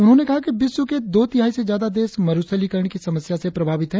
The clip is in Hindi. उन्होंने कहा कि विश्व के दो तिहाई से ज्यादा देश मरुस्थलीकरण की समस्या से प्रभावित हैं